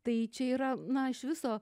tai čia yra na iš viso